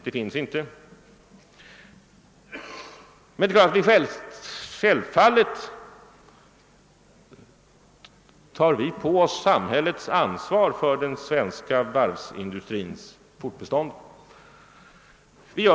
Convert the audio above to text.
Självfallet tar vi emellertid på oss samhällets ansvar för den svenska varvsindustrins fortbestånd.